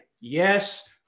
yes